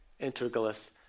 integralist